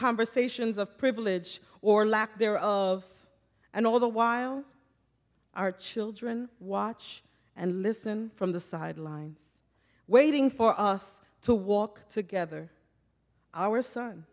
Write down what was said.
conversations of privilege or lack thereof and all the while our children watch and listen from the sidelines waiting for us to walk together our son